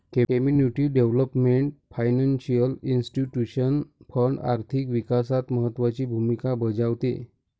community development financial institution fund आर्थिक विकासात महत्त्वाची भूमिका बजावते